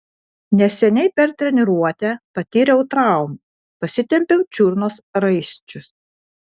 neseniai per treniruotę patyriau traumą pasitempiau čiurnos raiščius